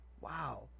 wow